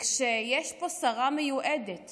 כשיש פה שרה מיועדת